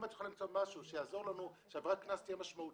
אם את יכולה למצוא משהו שיעזור לנו שעבירת הקנס תהיה משמעותית,